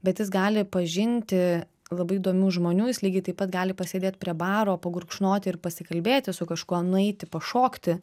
bet jis gali pažinti labai įdomių žmonių jis lygiai taip pat gali pasėdėt prie baro pagurkšnoti ir pasikalbėti su kažkuo nueiti pašokti